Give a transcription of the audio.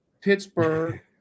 Pittsburgh